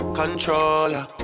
controller